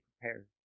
prepared